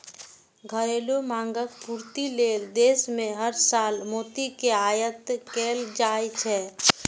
घरेलू मांगक पूर्ति लेल देश मे हर साल मोती के आयात कैल जाइ छै